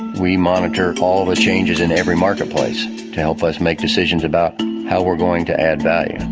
we monitor all the changes in every marketplace to help us make decisions about how we're going to add value.